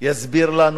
יסביר לנו?